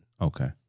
Okay